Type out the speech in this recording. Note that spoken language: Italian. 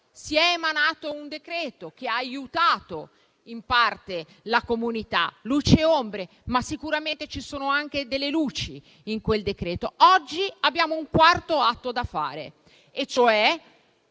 Si è emanato un provvedimento che ha aiutato in parte la comunità: luci e ombre, ma sicuramente ci sono anche delle luci in quel provvedimento. Oggi abbiamo un quarto atto da fare, e cioè